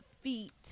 feet